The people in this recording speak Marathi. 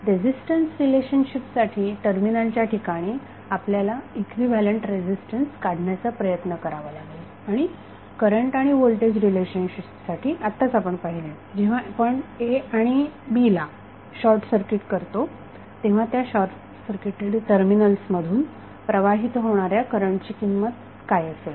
रेझिस्टन्स रिलेशनशिपसाठी टर्मिनलच्या ठिकाणी आपल्याला इक्विव्हॅलेन्ट रेझिस्टन्स काढण्यासाठी प्रयत्न करावा लागेल आणि करंट आणि व्होल्टेज सोर्स रिलेशनशिपसाठी आताच आपण पाहिले जेव्हा आपण a आणि b ला शॉर्टसर्किट करतो तेव्हा ह्या शॉर्टसर्किटेड टर्मिनल्स मधून प्रवाहित होणाऱ्या करंटची किंमत काय असेल